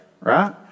right